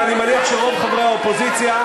ואני מניח שרוב חברי האופוזיציה,